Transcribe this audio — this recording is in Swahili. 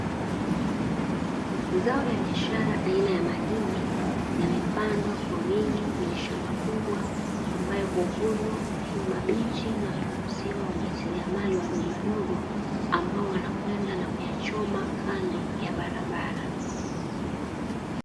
Zao la biashara, aina ya mahindi, yamepandwa kwa wingi kwenye shamba kubwa, ambayo huvunwa ikiwa mabichi na kuuziwa wajasiriamali wadogo-wadogo, ambao wanakwenda na kuyachoma kando ya barabara.